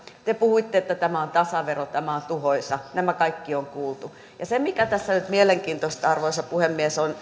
te puhuitte että tämä on tasavero tämä on tuhoisa nämä kaikki on kuultu ja se mikä tässä nyt on mielenkiintoista arvoisa puhemies on